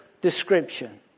description